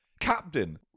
Captain